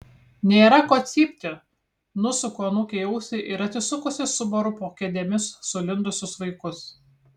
nėra ko cypti nusuku anūkei ausį ir atsisukusi subaru po kėdėmis sulindusius vaikus